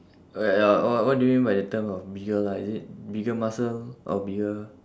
uh ya oh what do you mean by the term of bigger lah is it bigger muscle or bigger